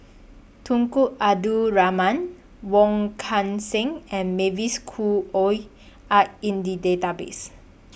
Tunku Abdul Rahman Wong Kan Seng and Mavis Khoo Oei Are in The Database